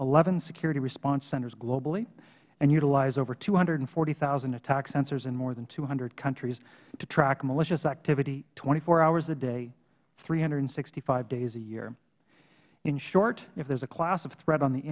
eleven security response centers globally and utilize over two hundred and forty zero attack sensors in more than two hundred countries to track malicious activity twenty four hours a day three hundred and sixty five days a year in short if there is a class of threat on the